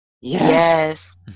Yes